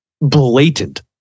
blatant